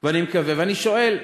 אני שואל,